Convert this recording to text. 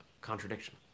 contradiction